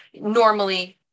normally